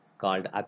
called